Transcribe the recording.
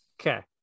Okay